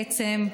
בעצם,